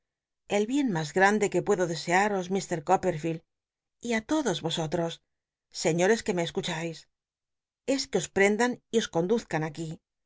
el bien mas gandc que puedo descaros mr coppcrfield y á todos osotros señores que me co cucbais es jue os prendan y os conduzcan aquí